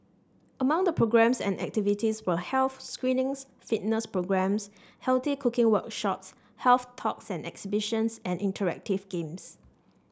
among the programmes and activities were health screenings fitness programmes healthy cooking workshops health talks and exhibitions and interactive games